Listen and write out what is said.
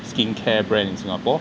skincare brand in singapore